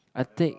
I take